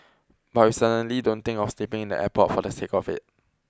but we certainly don't think of sleeping in the airport for the sake of it